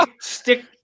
stick